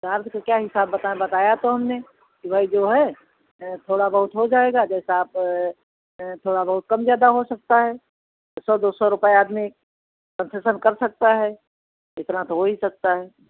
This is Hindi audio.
चार्ज क्या हिसाब बताए बताया तो हमने भाई जो है थोड़ा बहुत हो जायगा तब आप थोड़ा बहुत कम ज़्यादा हो सकता है सौ दो सौ रुपये आदमी कन्सेशन कर सकता है इतना तो हो ही सकता है